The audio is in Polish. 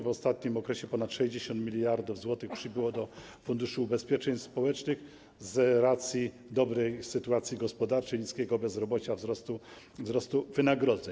W ostatnim okresie ponad 60 mld zł przybyło do Funduszu Ubezpieczeń Społecznych z racji dobrej sytuacji gospodarczej, niskiego bezrobocia, wzrostu wynagrodzeń.